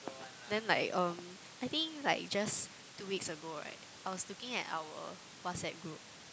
then like um I think like just two weeks ago right I was looking at our WhatsApp group